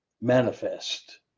manifest